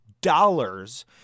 dollars